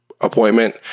appointment